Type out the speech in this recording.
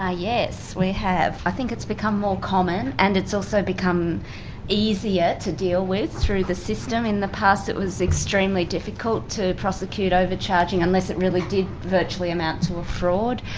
yes, we have. i think it's become more common and it's also become easier to deal with through the system. in the past, it was extremely difficult to prosecute overcharging unless it really did virtually amount to a fraud.